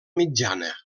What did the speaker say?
mitjana